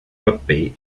rugby